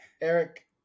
Eric